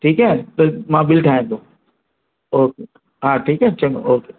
ठीकु आहे त मां बिल ठाहियां थो ओके हा ठीकु आहे चंङो ओके